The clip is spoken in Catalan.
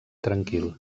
tranquil